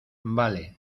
vale